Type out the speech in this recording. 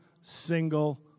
single